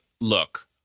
Look